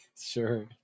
Sure